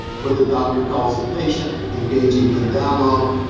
where the doctor calls the patient, engaging in dialogue,